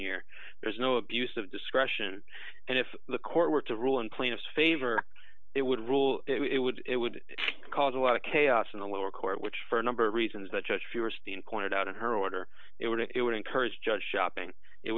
here there's no abuse of discretion and if the court were to rule in cleanups favor it would rule it would it would cause a lot of chaos in the lower court which for a number of reasons the judge feuerstein pointed out in her order it would it would encourage judge shopping it